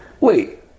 wait